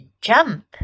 jump